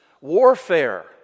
Warfare